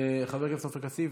חבר הכנסת עופר כסיף,